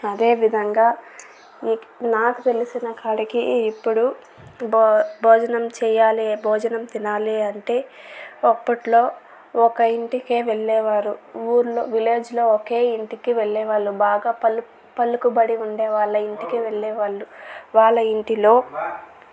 అదేవిధంగా ఈ నాకు తెలిసిన కాడికి ఇప్పుడు భో భోజనం చేయాలి భోజనం తినాలి అంటే అప్పట్లో ఒక ఇంటికే వెళ్ళేవారు ఊర్లో విలేజ్ లో ఒకే ఇంటికే వెళ్ళేవాళ్ళు బాగా పలు పలుకుబడి ఉండేవాళ్ళు ఇంటికి వెళ్ళేవాళ్ళు వాళ్ళ ఇంటిలో